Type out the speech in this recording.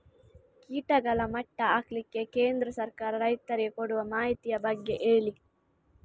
ಕೀಟಗಳ ಮಟ್ಟ ಹಾಕ್ಲಿಕ್ಕೆ ಕೇಂದ್ರ ಸರ್ಕಾರ ರೈತರಿಗೆ ಕೊಡುವ ಮಾಹಿತಿಯ ಬಗ್ಗೆ ಹೇಳಿ